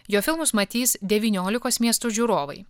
jo filmus matys devyniolikos miestų žiūrovai